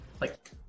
like-